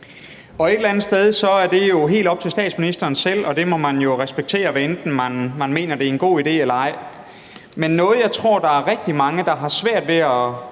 og et eller andet sted er det jo helt op til statsministeren selv, og det må man jo respektere, hvad enten man mener, det er en god idé eller ej. Men noget, som jeg tror der er rigtig mange der har svært ved at